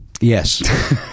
Yes